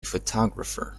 photographer